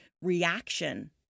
reaction